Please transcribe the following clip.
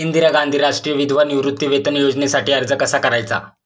इंदिरा गांधी राष्ट्रीय विधवा निवृत्तीवेतन योजनेसाठी अर्ज कसा करायचा?